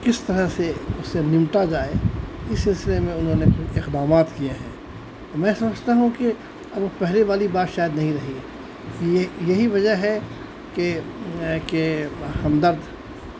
کس طرح سے اسے نمٹا جائے اس سلسلے میں انہوں نے کچھ اقدامات کیے ہیں میں سمجھتا ہوں کہ اب وہ پہلے والی بات شاید نہیں رہی یہ یہی وجہ ہے کہ کہ ہمدرد